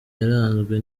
yaranzwe